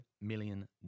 million